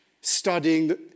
studying